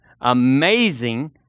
amazing